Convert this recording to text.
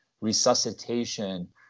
resuscitation